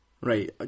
right